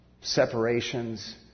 separations